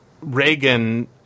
Reagan